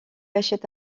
achète